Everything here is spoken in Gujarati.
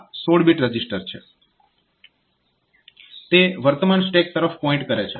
તો આ 16 બીટ રજીસ્ટર છે તે વર્તમાન સ્ટેક તરફ પોઇન્ટ કરે છે